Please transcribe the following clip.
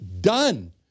done